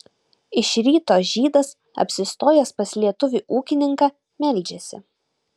iš ryto žydas apsistojęs pas lietuvį ūkininką meldžiasi